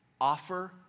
Offer